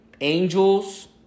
angels